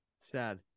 sad